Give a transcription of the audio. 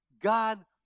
God